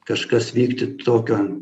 kažkas vykti tokio